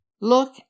Look